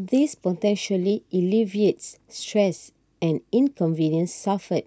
this potentially alleviates stress and inconvenience suffered